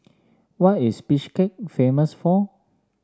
what is Bishkek famous for